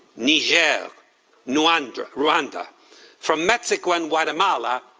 niger, you know and rwanda from mexico and guatemala,